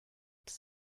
does